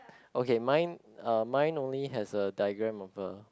okay mine uh mine only has a diagram of a